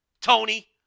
Tony